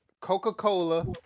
coca-cola